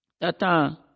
Tata